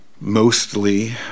mostly